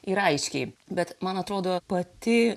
ir aiškiai bet man atrodo pati